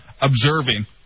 observing